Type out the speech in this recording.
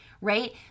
right